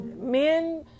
men